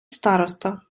староста